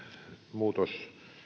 muutos